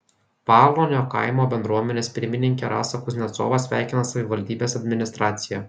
paaluonio kaimo bendruomenės pirmininkę rasą kuznecovą sveikina savivaldybės administracija